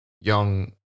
young